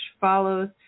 follows